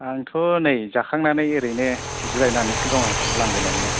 आंथ' नै जाखांनानै ओरैनो जिरायनानैसो दङ लांगोनायावनो